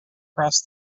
cross